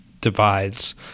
divides